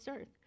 earth